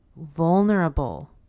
vulnerable